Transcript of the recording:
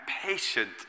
patient